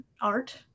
art